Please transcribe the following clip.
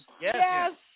Yes